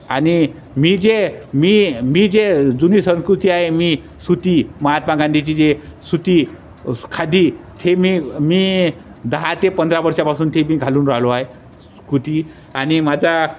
आणि मी जे मी मी जे जुनी संस्कृती आहे मी सुती महात्मा गांधीची जे सुती खादी ते मी मी दहा ते पंधरा वर्षापासून ते मी घालून राहिलो आहे स्कुती आणि माझा